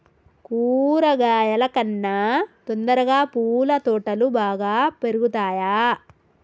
కూరగాయల కన్నా తొందరగా పూల తోటలు బాగా పెరుగుతయా?